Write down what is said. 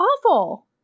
awful